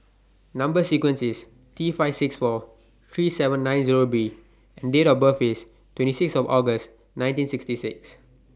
Number sequence IS T five six four three seven nine Zero B and Date of birth IS twenty six of August nineteen sixty six